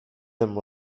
them